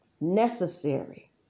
necessary